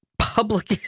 public